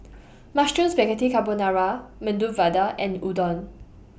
Mushroom Spaghetti Carbonara Medu Vada and Udon